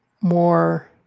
more